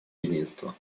единства